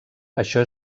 això